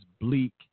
Bleak